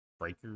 breaker